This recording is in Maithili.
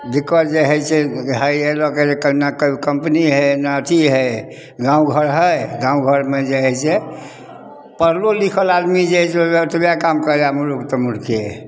दिक्कत जे हइ से हइ एहि लऽके जे कोनो ने कंपनी हइ न अथि हइ गाँव घर हइ गाँव घरमे जे हइ से पढ़लो लिखल आदमी जे हइ से अतबे काम करै हइ मूर्ख तऽ मूर्खे हइ